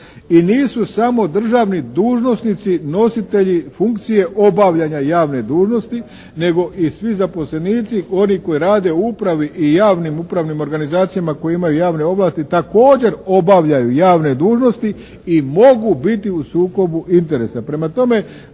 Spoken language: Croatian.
i nisu samo državni dužnosnici nositelji funkcije obavljanja javne dužnosti nego i svi zaposlenici oni koji rade u upravi i javnim upravnim organizacijama koje imaju javne ovlasti također obavljaju javne dužnosti i mogu biti u sukobu interesa.